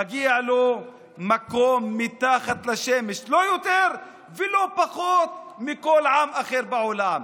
מגיע לו מקום מתחת לשמש לא יותר ולא פחות מכל עם אחר בעולם,